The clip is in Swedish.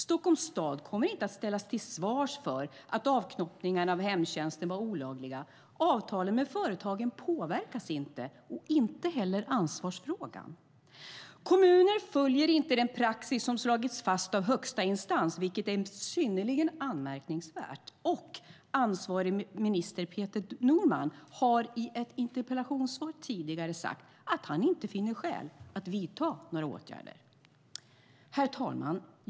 Stockholms stad kommer inte att ställas till svars för att avknoppningarna av hemtjänsten var olagliga. Avtalen med företagen påverkas inte och inte heller ansvarfrågan. Kommuner följer inte den praxis som slagits fast av högsta instans, vilket är synnerligen anmärkningsvärt, och ansvarig minister Peter Norman har i ett interpellationssvar tidigare sagt att han inte finner skäl att vidta några åtgärder. Herr talman!